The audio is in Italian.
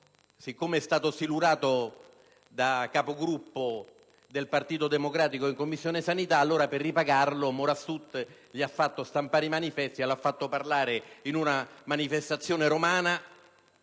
essere stato silurato come Capogruppo del Partito Democratico in Commissione sanità, Morassut per ripagarlo gli ha fatto stampare i manifesti e lo ha fatto parlare ad una manifestazione romana,